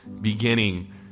beginning